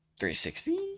360